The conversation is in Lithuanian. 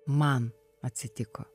man atsitiko